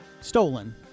Stolen